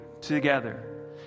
together